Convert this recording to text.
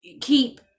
keep